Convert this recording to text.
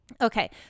okay